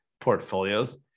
portfolios